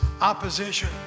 opposition